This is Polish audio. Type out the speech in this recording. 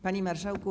Panie Marszałku!